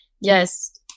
Yes